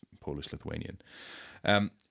Polish-Lithuanian